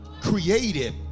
created